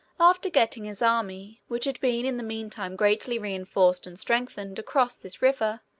after getting his army, which had been in the mean time greatly re-enforced and strengthened, across this river,